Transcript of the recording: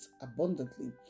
abundantly